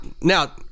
now